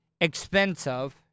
expensive